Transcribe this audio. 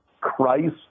Christ